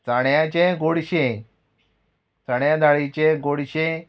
चाण्याचे गोडशें चण्या दाळीचें गोडशें